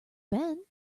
ben